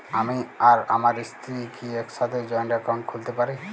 আমি আর আমার স্ত্রী কি একসাথে জয়েন্ট অ্যাকাউন্ট খুলতে পারি?